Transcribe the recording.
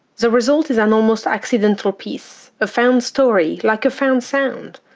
the result is an almost accidental piece, a found story like a found sound.